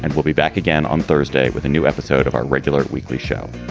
and we'll be back again on thursday with a new episode of our regular weekly show.